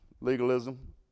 legalism